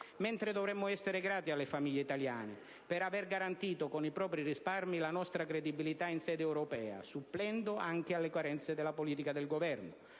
invece, essere grati alle famiglie italiane per aver garantito con i propri risparmi la nostra credibilità in sede europea supplendo anche alle carenze della politica del Governo.